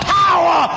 power